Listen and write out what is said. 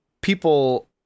people